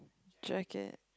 jacket